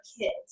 kids